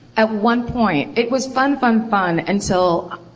at one point, it was fun, fun, fun until,